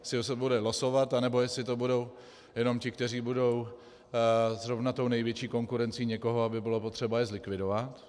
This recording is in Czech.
Jestli se bude losovat, anebo jestli to budou jenom ti, kteří budou zrovna tou největší konkurencí někoho, aby bylo potřeba je zlikvidovat.